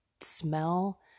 smell